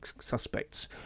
suspects